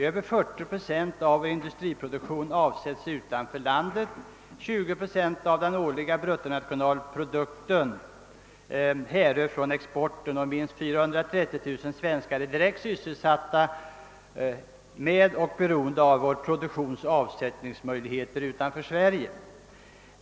Över 40 procent av vår industriproduktion avsätts utanför landet, 20 procent av den årliga bruttonationalprodukten härrör från exporten och minst 430 000 svenskar är sysselsatta med och beroende av vår produktions avsättningsmöjligheter utanför Sverige.